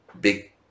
big